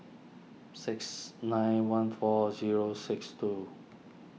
six nine one four zero six two